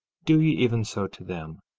do ye even so to them,